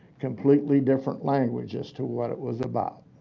completely different language as to what it was about.